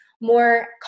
more